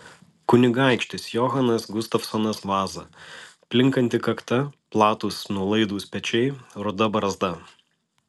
kunigaikštis johanas gustavsonas vaza plinkanti kakta platūs nuolaidūs pečiai ruda barzda